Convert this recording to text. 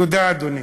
תודה, אדוני.